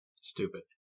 Stupid